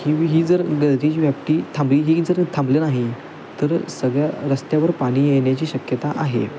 ही वि ही जर गळतीची व्याप्ती थांबली ही जर थांबलं नाही तर सगळ्या रस्त्यावर पाणी येण्याची शक्यता आहे